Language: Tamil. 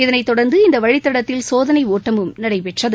இதனைத் தொடா்ந்து இந்த வழித்தடத்தில் சோதனை ஓட்டமும் நடைபெற்றது